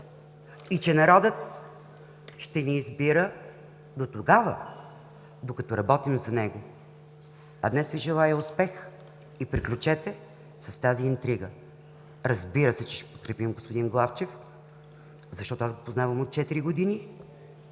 и че народът ще ни избира дотогава, докато работим за него. А днес Ви желая успех. И приключете с тази интрига. Разбира се, че ще подкрепим господин Главчев, защото аз го познавам от четири години.